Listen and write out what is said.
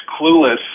clueless